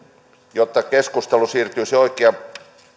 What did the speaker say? jotta keskustelu siirtyisi oikeaan